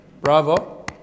bravo